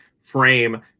frame